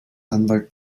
anwalt